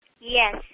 Yes